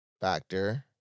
factor